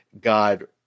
God